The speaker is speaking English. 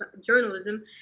journalism